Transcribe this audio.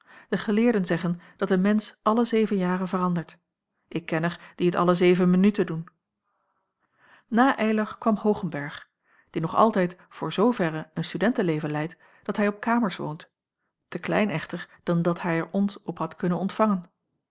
de geleerden zeggen dat een mensch alle zeven jaren verandert ik ken er die t alle zeven minuten doen na eylar kwam hoogenberg die nog altijd voor zooverre een studenteleven leidt dat hij op kamers woont te klein echter dan dat hij er ons op had kunnen ontvangen